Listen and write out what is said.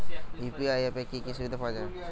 UPI অ্যাপে কি কি সুবিধা পাওয়া যাবে?